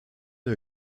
der